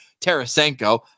Tarasenko